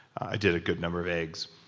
i did a good number of eggs,